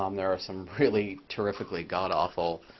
um there are some really terrifically, god awful